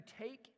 take